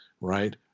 Right